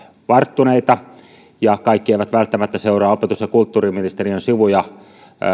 varttuneita ja kaikki eivät välttämättä seuraa opetus ja kulttuuriministeriön sivuja